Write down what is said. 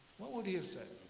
what would he have